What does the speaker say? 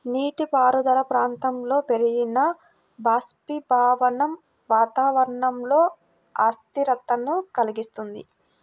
నీటిపారుదల ప్రాంతాలలో పెరిగిన బాష్పీభవనం వాతావరణంలో అస్థిరతను కలిగిస్తుంది